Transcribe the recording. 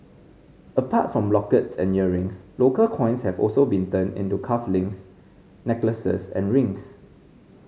apart from lockets and earrings local coins have also been turned into cuff links necklaces and rings